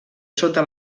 sota